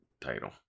title